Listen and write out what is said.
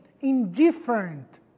indifferent